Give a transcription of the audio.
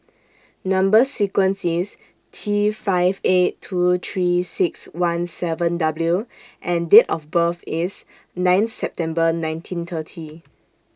Number sequence IS T five eight two three six one seven W and Date of birth IS nine September nineteen thirty